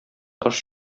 таш